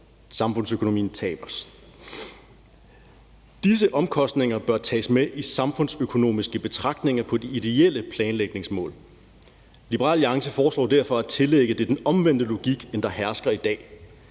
samfundsøkonomien taber. Disse omkostninger bør tages med i samfundsøkonomiske betragtninger over de ideelle planlægningsmål. Liberal Alliance foreslår derfor at anlægge den omvendte logik af den, der hersker i dag.